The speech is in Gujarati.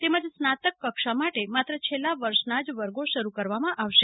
તેમજ સ્નાતક કક્ષા માટે માત્ર છેલ્લા વર્ષના જ વર્ગો શરૂ કરવામાં આવશે